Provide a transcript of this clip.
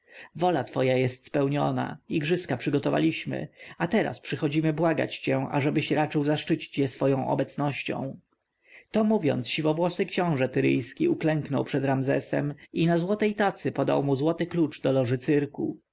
wola twoja jest spełniona igrzyska przygotowaliśmy a teraz przychodzimy błagać cię ażebyś raczył zaszczycić je swoją obecnością to mówiąc siwowłosy książę tyryjski uklęknął przed ramzesem i na złotej tacy podał mu złoty klucz do loży cyrku